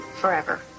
forever